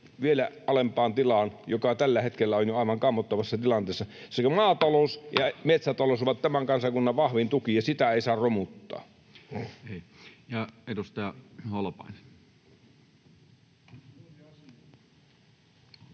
vielä alempaan tilaan, joka tällä hetkellä on jo aivan kammottavassa tilanteessa. Maatalous ja metsätalous ovat tämän kansakunnan vahvin tuki, ja niitä ei saa romuttaa.